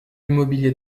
mobilier